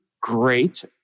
great